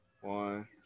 One